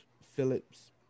Phillips